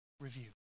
review